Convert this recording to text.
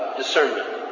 discernment